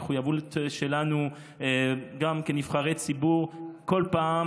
המחויבות שלנו גם כנבחרי ציבור היא כל פעם